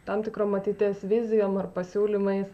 tam tikrom ateities vizijom ar pasiūlymais